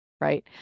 right